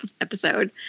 episode